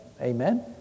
Amen